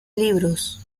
libros